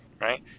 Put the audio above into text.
right